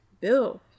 Bill